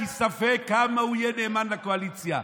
כי ספק כמה הוא יהיה נאמן לקואליציה.